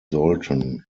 sollten